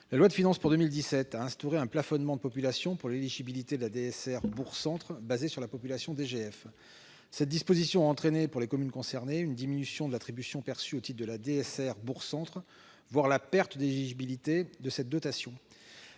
La loi de finances pour 2017 a instauré un plafonnement de population pour l'éligibilité à la DSR bourg-centre basé sur la population DGF. Cette disposition a entraîné pour les communes concernées une diminution de l'attribution perçue au titre de la DSR bourg-centre, voire la perte d'éligibilité à cette dotation.